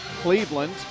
Cleveland